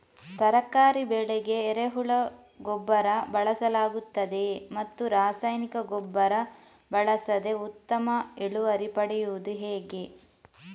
ತರಕಾರಿ ಬೆಳೆಗೆ ಎರೆಹುಳ ಗೊಬ್ಬರ ಬಳಸಲಾಗುತ್ತದೆಯೇ ಮತ್ತು ರಾಸಾಯನಿಕ ಗೊಬ್ಬರ ಬಳಸದೆ ಉತ್ತಮ ಇಳುವರಿ ಪಡೆಯುವುದು ಹೇಗೆ?